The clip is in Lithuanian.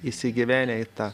įsigyvenę į tą